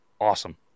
awesome